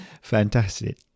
fantastic